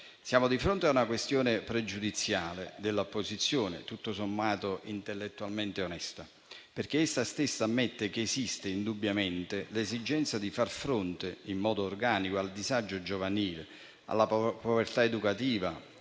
siamo di fronte a una questione pregiudiziale dell'opposizione tutto sommato intellettualmente onesta perché essa stessa ammette che esiste indubbiamente l'esigenza di far fronte in modo organico al disagio giovanile, alla povertà educativa,